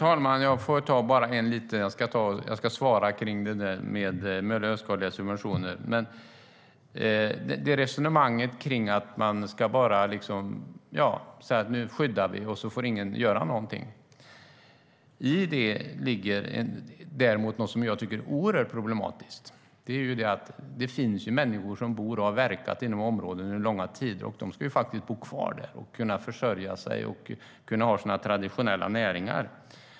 Herr talman! Jag kommer att svara på frågan om miljöskadliga subventioner. Men först vill jag säga att det ligger något oerhört problematiskt i resonemanget om man säger att detta ska skyddas och att ingen får göra någonting. Det finns människor som har bott och verkat i de här områdena under långa tider, och de ska faktiskt kunna bo kvar där och försörja sig i sina traditionella näringar.